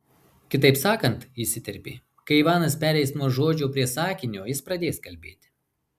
kitaip sakant įsiterpė kai ivanas pereis nuo žodžio prie sakinio jis pradės kalbėti